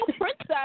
princess